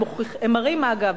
הם מראים, אגב,